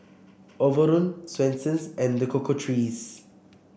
Overrun Swensens and The Cocoa Trees